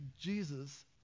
Jesus